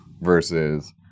versus